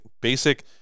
basic